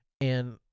and-